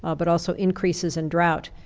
ah but also increases in drought,